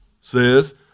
says